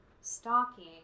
stalking